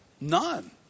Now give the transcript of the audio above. None